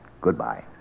goodbye